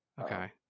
Okay